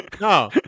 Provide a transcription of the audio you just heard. No